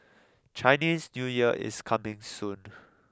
Chinese New Year is coming soon